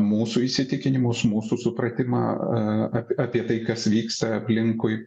mūsų įsitikinimus mūsų supratimą apie tai kas vyksta aplinkui